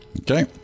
Okay